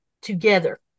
together